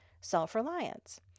self-reliance